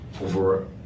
over